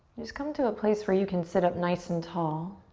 just come to a place where you can sit up nice and tall.